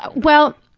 well.